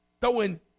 throwing